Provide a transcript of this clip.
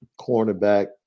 cornerback